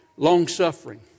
Long-suffering